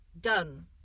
done